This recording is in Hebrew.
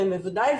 כן, בוודאי.